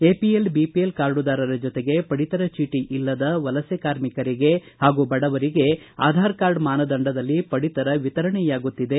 APL BPL ಕಾರ್ಡುದಾರರ ಜತೆಗೆ ಪಡಿತರ ಚೀಟಿ ಇಲ್ಲದ ವಲಸೆ ಕಾರ್ಮಿಕರಿಗೆ ಹಾಗೂ ಬಡವರಿಗೆ ಆಧಾರ್ ಕಾರ್ಡ್ ಮಾನದಂಡದಲ್ಲಿ ಪಡಿತರ ವಿತರಣೆಯಾಗುತ್ತಿದೆ